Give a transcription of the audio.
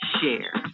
Share